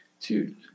Dude